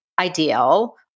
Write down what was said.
ideal